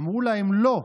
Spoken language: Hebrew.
אמרו להם "לא"